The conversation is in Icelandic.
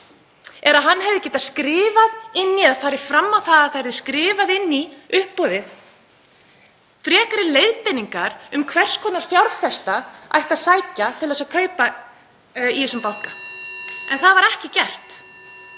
á að það yrði skrifað inn í uppboðið frekari leiðbeiningar um hvers konar fjárfesta ætti að sækja til að kaupa í þessum banka. En það var ekki gert